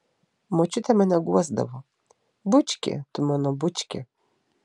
močiutė mane guosdavo bučki tu mano bučki